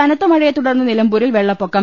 കനത്ത മഴയെ തുടർന്ന് നിലമ്പൂരിൽ വെള്ളപ്പൊക്കം